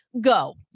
go